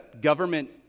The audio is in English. government